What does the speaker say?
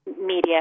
media